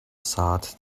saat